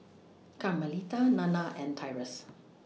Carmelita Nanna and Tyrus